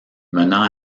menant